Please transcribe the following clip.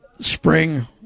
spring